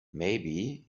maybe